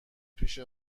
پیش